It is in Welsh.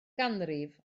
ganrif